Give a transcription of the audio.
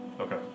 Okay